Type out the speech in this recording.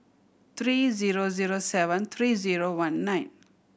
three zero zero seven three zero one nine